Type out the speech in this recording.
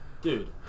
Dude